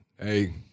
hey